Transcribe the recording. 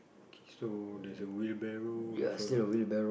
okay so there's a wheel barrel with a